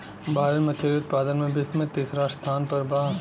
भारत मछली उतपादन में विश्व में तिसरा स्थान पर बा